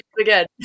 again